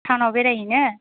टाउनाव बेरायहैनो